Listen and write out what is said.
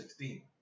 2016